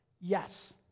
Yes